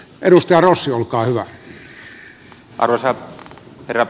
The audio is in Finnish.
arvoisa herra puhemies